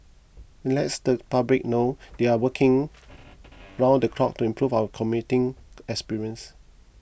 it lets the public know they are working round the clock to improve our commuting experience